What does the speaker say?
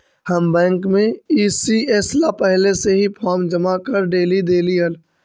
हम बैंक में ई.सी.एस ला पहले से ही फॉर्म जमा कर डेली देली हल